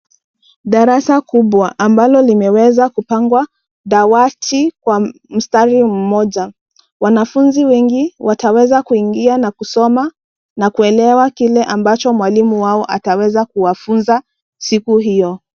Darasa kubwa ambalo limeweza kupangwa dawati kwa mstari mmoja, Wanafunzi wengi wataweza kuingia na kusoma na kuelewa kile ambacho mwalimu wao ataweza kuwafunza siku hiyo.